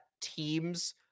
teams